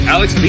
Alex